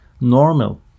normal